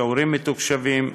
שיעורים מתוקשבים,